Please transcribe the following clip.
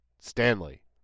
Stanley